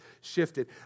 shifted